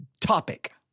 topic